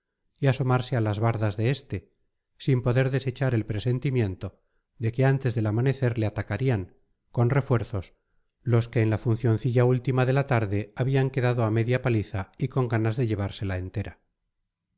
y asomarse a las bardas de este sin poder desechar el presentimiento de que antes del amanecer le atacarían con refuerzos los que en la funcioncilla última de la tarde habían quedado a media paliza y con ganas de llevársela entera